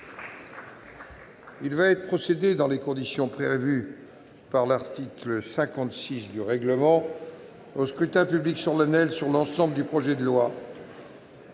il va être procédé, dans les conditions prévues par l'article 56 du règlement, au scrutin public solennel sur l'ensemble du projet de loi